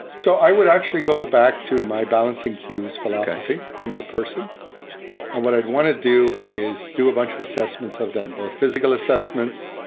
so i would actually go back to my balancing qs philosophy on that person and what i'd want to do is do a bunch of assessments of them, both physical assessments,